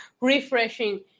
refreshing